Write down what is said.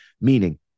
Meaning